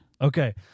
Okay